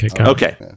okay